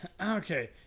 Okay